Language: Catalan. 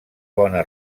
bona